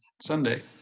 Sunday